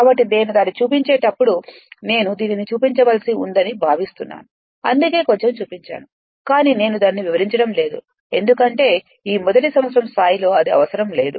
కాబట్టి నేను దానిని చూపించేటప్పుడు నేను దీనిని చూపించవలసి ఉందని నేను భావిస్తున్నాను అందుకే కొంచెం చూపించాను కాని నేను దానిని వివరించడం లేదు ఎందుకంటే ఈ మొదటి సంవత్సరం స్థాయిలో అది అవసరం లేదు